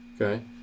Okay